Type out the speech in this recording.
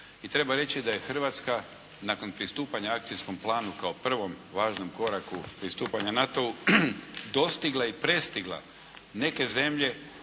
I treba reći da je Hrvatska nakon pristupanja Akcijskom planu kao prvom važnom koraku pristupanja NATO-u dostigla i prestigla neke zemlje